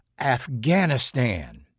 Afghanistan